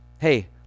Hey